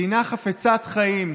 מדינה חפצת חיים,